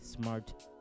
smart